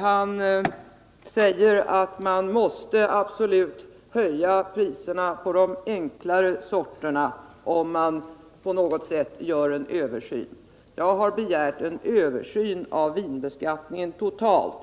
Han säger att man absolut måste höja priserna på de enklare vinsorterna, om man gör en översyn av vinbeskattningen. Jag har begärt en översyn av vinbeskattningen rortalt,